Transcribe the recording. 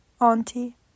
Auntie